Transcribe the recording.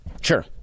Sure